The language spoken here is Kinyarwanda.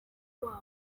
wabo